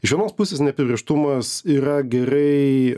iš vienos pusės neapibrėžtumas yra gerai